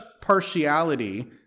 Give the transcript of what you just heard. partiality